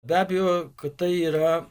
be abejo kad tai yra